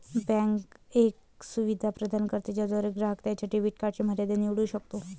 bank एक सुविधा प्रदान करते ज्याद्वारे ग्राहक त्याच्या डेबिट कार्डची मर्यादा निवडू शकतो